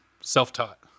Self-taught